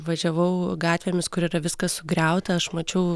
važiavau gatvėmis kur yra viskas sugriauta aš mačiau